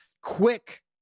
Quick